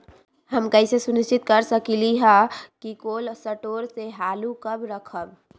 हम कैसे सुनिश्चित कर सकली ह कि कोल शटोर से आलू कब रखब?